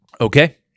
Okay